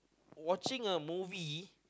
watching a movie